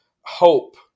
hope